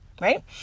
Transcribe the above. right